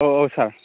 औ औ सार